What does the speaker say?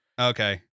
Okay